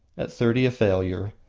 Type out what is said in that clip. at thirty a failure,